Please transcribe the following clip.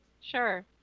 sure